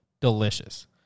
delicious